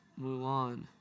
Mulan